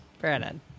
Brandon